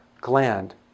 gland